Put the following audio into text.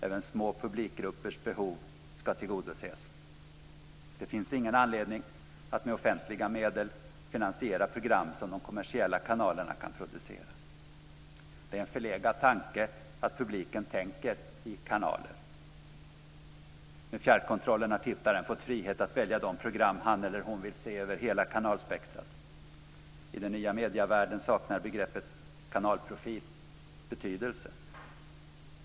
Även små publikgruppers behov ska tillgodoses. Det finns ingen anledning att med offentliga medel finansiera program som de kommersiella kanalerna kan producera. Det är en förlegad tanke att publiken tänker i kanaler. Med fjärrkontrollen har tittaren fått frihet att välja de program som han eller hon vill se över hela kanalspektrat. I den nya medievärlden saknar begreppet kanalprofil betydelse.